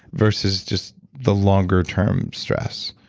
versus just the longer term stress?